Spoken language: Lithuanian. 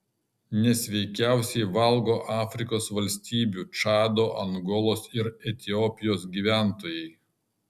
nesveikiausiai valgo afrikos valstybių čado angolos ir etiopijos gyventojai